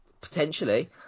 potentially